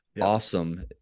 awesome